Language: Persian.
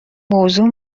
موضوع